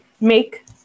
make